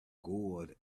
gouged